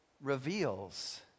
reveals